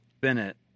Bennett